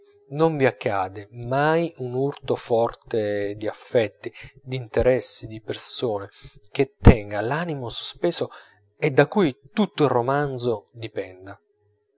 non vi accade mai un urto forte di affetti d'interessi di persone che tenga l'animo sospeso e da cui tutto il romanzo dipenda